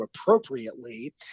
appropriately